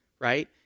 right